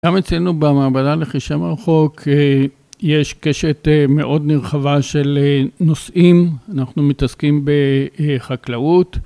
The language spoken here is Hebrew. גם אצלנו במעבדה לחישב הרחוק יש קשת מאוד נרחבה של נושאים, אנחנו מתעסקים בחקלאות.